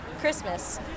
Christmas